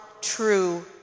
true